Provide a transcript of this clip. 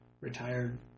retired